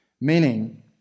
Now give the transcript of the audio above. Meaning